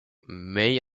may